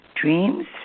dreams